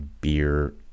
beer